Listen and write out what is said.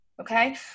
okay